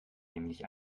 nämlich